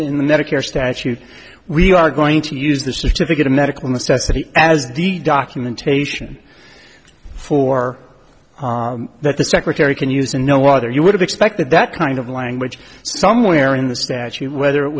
in the medicare statute we are going to use the certificate of medical necessity as the documentation for that the secretary can use and no water you would have expected that kind of language somewhere in the statute whether it